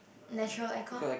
nature aircon